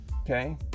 Okay